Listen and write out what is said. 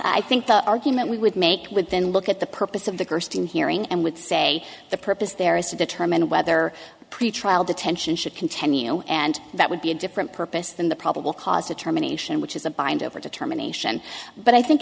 i think the argument we would make would then look at the purpose of the gerstein hearing and would say the purpose there is to determine whether pretrial detention should continue and that would be a different purpose than the probable cause determination which is a bind over determination but i think